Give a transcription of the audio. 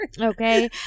Okay